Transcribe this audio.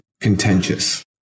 contentious